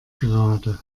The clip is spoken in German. gerade